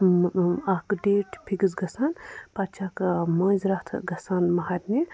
اَکھ ڈیٹ چھُ فِکٕس گژھان پَتہٕ چھِ اَکھ مٲنٛزِ راتھ گژھان مہرنہِ